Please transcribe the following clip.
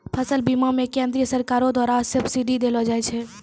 फसल बीमा मे केंद्रीय सरकारो द्वारा सब्सिडी देलो जाय छै